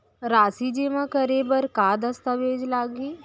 राशि जेमा करे बर का दस्तावेज लागही?